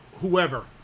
Whoever